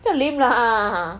不要 lame lah